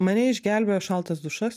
mane išgelbėjo šaltas dušas